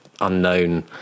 unknown